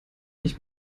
nicht